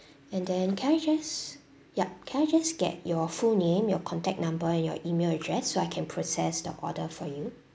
and then can I just yup can I just get your full name your contact number and your email address so I can process the order for you